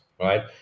right